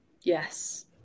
Yes